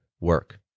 work